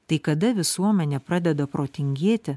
tai kada visuomenė pradeda protingėti